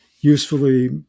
usefully